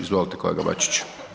Izvolite kolega Bačić.